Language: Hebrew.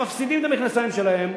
הם מפסידים את המכנסיים שלהם.